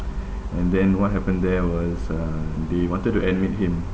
and then what happened there was uh they wanted to admit him